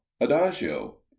Adagio